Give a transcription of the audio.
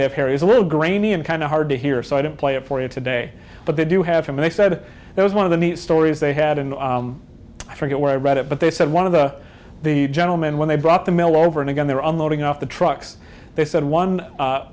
they have hair is a little grainy and kind of hard to hear so i didn't play it for you today but they do have to make said it was one of the neat stories they had and i forget where i read it but they said one of the the gentleman when they brought the mail over and again there unloading off the trucks they said one